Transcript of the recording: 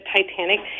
Titanic